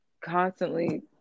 constantly